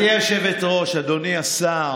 גברתי היושבת-ראש, אדוני השר,